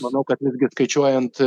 manau kad visgi skaičiuojant